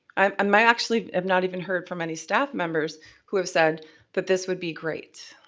um um i actually have not even heard from any staff members who have said that this would be great.